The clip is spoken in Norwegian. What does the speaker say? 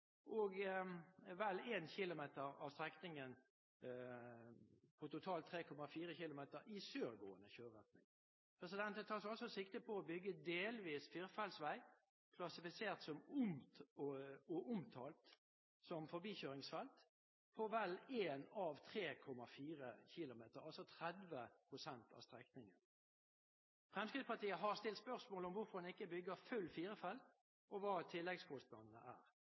og vel 1 km av strekningen på totalt 3,4 km i sørgående kjøreretning. Det tas altså sikte på å bygge delvis firefelts vei – klassifisert og omtalt som forbikjøringsfelt – på vel 1 av 3,4 km, altså 30 pst. av strekningen. Fremskrittspartiet har stilt spørsmål om hvorfor en ikke bygger full firefelts vei og hva tilleggskostnadene er.